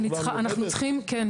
אני צריכה, אנחנו צריכים, כן.